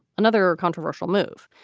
another controversial move.